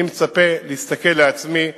אני מצפה להסתכל על עצמי ולהגיד: